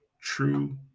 true